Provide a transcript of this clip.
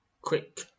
Quick